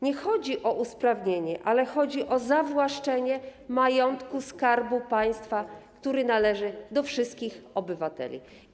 Nie chodzi o usprawnienie, ale chodzi o zawłaszczenie majątku Skarbu Państwa, który należy do wszystkich obywateli.